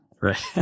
Right